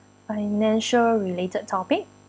financial related topic